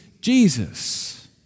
Jesus